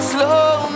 Slow